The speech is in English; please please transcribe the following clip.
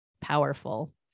powerful